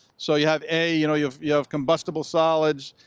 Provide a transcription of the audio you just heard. so you have a, you know you you have combustible solids,